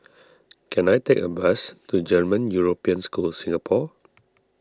can I take a bus to German European School Singapore